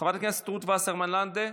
חברת הכנסת רות וסרמן לנדה,